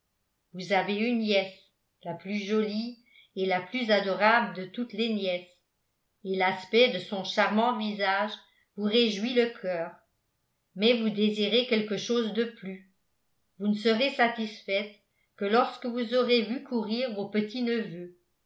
vous avez une nièce la plus jolie et la plus adorable de toutes les nièces et l'aspect de son charmant visage vous réjouit le coeur mais vous désirez quelque chose de plus vous ne serez satisfaite que lorsque vous aurez vu courir vos